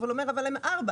אבל הוא אומר: אבל הם ארבע,